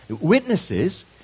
witnesses